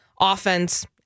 offense